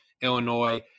Illinois